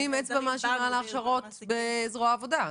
אז אתם מפנים אצבע מאשימה להכשרות בזרוע העבודה.